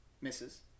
Misses